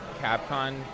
Capcom